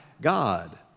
God